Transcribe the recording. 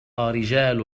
رجال